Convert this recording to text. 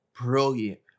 brilliant